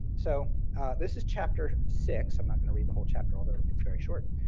so this is chapter six. i'm not going to read the whole chapter, although it's very short.